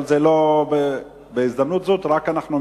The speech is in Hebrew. אבל בהזדמנות זו אנחנו רק מגנים.